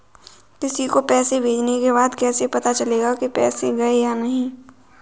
किसी को पैसे भेजने के बाद कैसे पता चलेगा कि पैसे गए या नहीं?